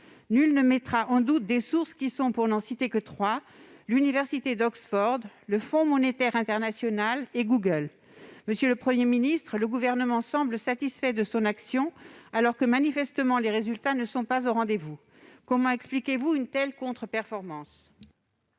Nul ne mettra en doute des sources qui sont, pour n'en citer que trois, l'université d'Oxford, le Fonds monétaire international et Google. Monsieur le Premier ministre, le Gouvernement semble satisfait de son action, alors que les résultats ne sont manifestement pas au rendez-vous. Comment expliquez-vous une telle contre-performance ?